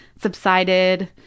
subsided